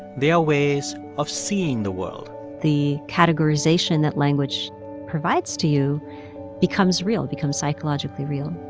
they are ways of seeing the world the categorization that language provides to you becomes real becomes psychologically real